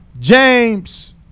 James